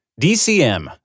DCM